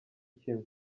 kimwe